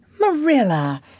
Marilla